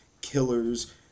killers